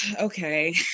Okay